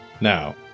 Now